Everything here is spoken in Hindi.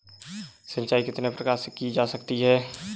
सिंचाई कितने प्रकार से की जा सकती है?